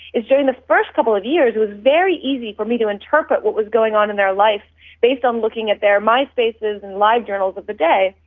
is during the first couple of years it was very easy for me to interpret what was going on in their life based on looking at their myspaces and livejournals of the day.